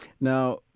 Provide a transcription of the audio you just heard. Now